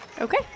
okay